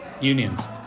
unions